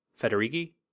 Federighi